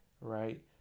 right